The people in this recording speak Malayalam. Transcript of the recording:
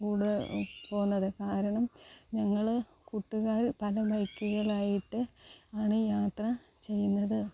കൂടെ പോകുന്നത് കാരണം ഞങ്ങൾ കുട്ടുകാർ പല ബൈക്കുകൾ ആയിട്ട് ആണ് യാത്ര ചെയ്യുന്നത്